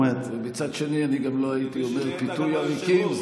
מצד שני, אני גם לא הייתי אומר "פיתוי עריקים".